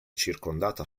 circondata